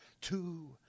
Two